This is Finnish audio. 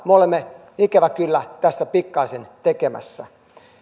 me olemme ikävä kyllä tässä pikkaisen tekemässä